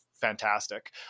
fantastic